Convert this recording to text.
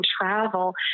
travel